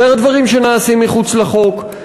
יותר דברים שנעשים מחוץ לחוק,